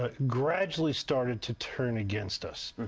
ah gradually started to turn against us.